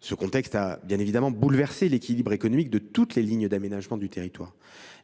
Ce contexte a bien évidemment bouleversé l’équilibre économique de toutes les lignes d’aménagement du territoire.